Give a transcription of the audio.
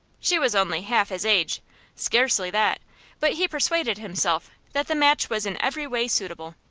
she was only half his age scarcely that but he persuaded himself that the match was in every way suitable.